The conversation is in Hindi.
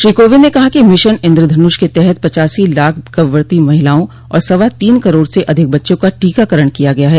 श्री कोविंद ने कहा कि मिशन इन्द्रधनुष के तहत पचासी लाख गर्भवर्ती महिलाओं और सवा तीन करोड़ से अधिक बच्चों का टीकाकरण किया गया है